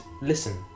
Listen